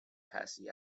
passy